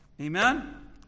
Amen